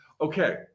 Okay